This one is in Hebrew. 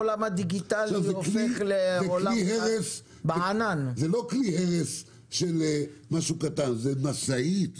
לא כלי הרס של משהו קטן, זה משאית.